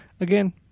again